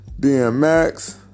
DMX